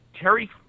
Terry